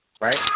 right